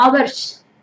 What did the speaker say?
hours